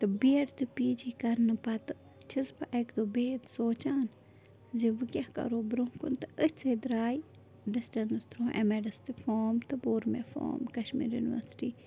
تہٕ B Ed تہٕ P G کَرنہٕ پتہٕ چھَس بہٕ اَکہِ دۄہ بِہتھ سونٛچان زِ وۄنۍ کیٛاہ کَرو برٛۄنٛہہ کُن تہٕ أتھۍ سۭتۍ درٛاے ڈِسٹنٕس تھرٛوٗ اٮ۪م اٮ۪ڈَس تہِ فام تہٕ بوٚر مےٚ فام کشمیٖر یونیورسٹی